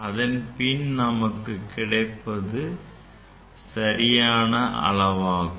அதன்பின் நமக்கு கிடைப்பது சரியான அளவாகும்